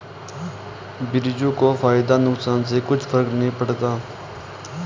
बिरजू को फायदा नुकसान से कुछ फर्क नहीं पड़ता